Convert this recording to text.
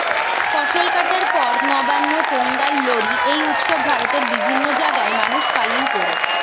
ফসল কাটার পর নবান্ন, পোঙ্গল, লোরী এই উৎসব ভারতের বিভিন্ন জাগায় মানুষ পালন কোরে